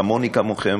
כמוני כמוכם,